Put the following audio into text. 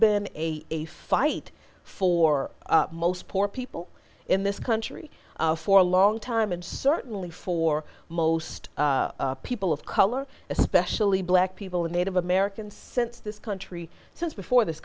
been a a fight for most poor people in this country for a long time and certainly for most people of color especially black people and native americans since this country since before this